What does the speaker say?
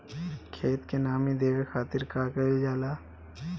खेत के नामी देवे खातिर का कइल जाला?